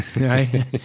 right